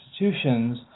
institutions